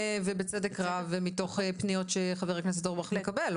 ובצדק רב ומתוך פניות של חבר הכנסת אורבך מקבל,